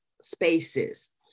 spaces